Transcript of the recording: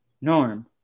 Norm